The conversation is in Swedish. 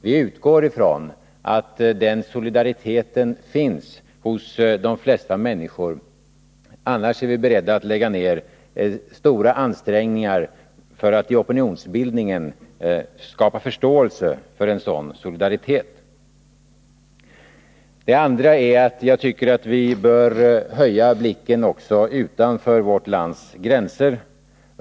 Vi utgår ifrån att den solidariteten finns hos de flesta människor, men annars är vi beredda att lägga ned stora ansträngningar för att i opinionsbildningen skapa förståelse för en sådan solidaritet. Jag vill också säga att jag tycker att vi bör höja blicken och se utanför vårt lands gränser.